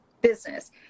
business